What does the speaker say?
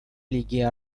лиги